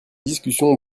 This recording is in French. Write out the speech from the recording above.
discussion